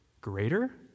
Greater